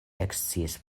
eksciis